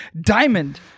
Diamond